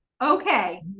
Okay